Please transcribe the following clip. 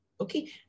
Okay